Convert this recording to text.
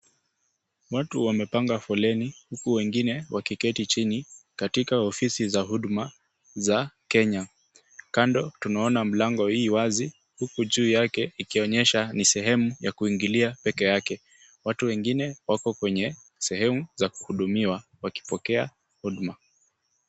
Watu wamepanga foleni huku wengine wakiketi chini katika ofisi za Huduma za Kenya. Kando tunaona milango iwazi huku juu yake ikionyesha ni sehemu ya kuingilia peke yake. Watu wengine wako kwenye sehemu za kuhudumiwa wakipokea huduma.